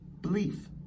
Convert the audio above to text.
Belief